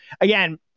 again